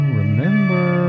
remember